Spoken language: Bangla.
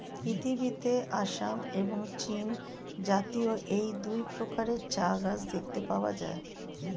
পৃথিবীতে আসাম এবং চীনজাতীয় এই দুই প্রকারের চা গাছ দেখতে পাওয়া যায়